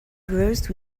rose